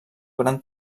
gran